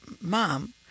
mom